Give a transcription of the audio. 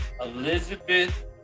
Elizabeth